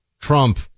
Trump